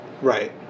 Right